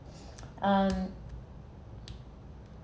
um